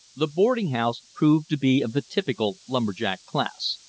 the boarding-house proved to be of the typical lumber-jack class,